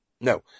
no